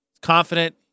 Confident